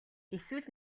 эсвэл